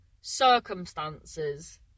circumstances